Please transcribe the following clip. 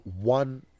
One